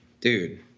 dude